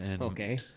Okay